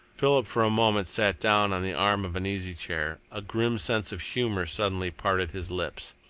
philip for a moment sat down on the arm of an easy-chair. a grim sense of humour suddenly parted his lips.